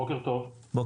בוקר טוב ותודה.